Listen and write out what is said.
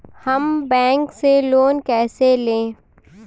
हम बैंक से लोन कैसे लें?